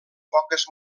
poques